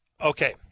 Okay